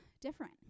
different